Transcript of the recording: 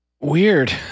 Weird